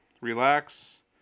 relax